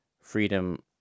freedom